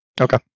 Okay